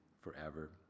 forever